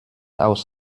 aus